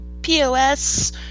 pos